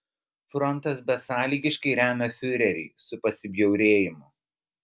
frontas besąlygiškai remia fiurerį su pasibjaurėjimu